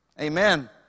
Amen